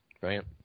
brilliant